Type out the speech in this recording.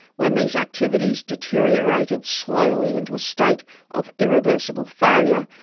when these activities deteriorated slowly into a state of irreversible failure,